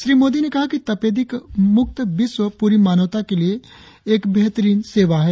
श्री मोदी ने कहा कि तपेदिक मुक्त विश्व प्ररी मानवता के प्रति एक बेहतरीन सेवा है